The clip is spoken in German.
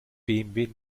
bmw